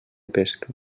pesca